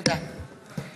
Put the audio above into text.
(קוראת בשמות חברי הכנסת)